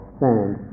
sand